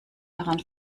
daran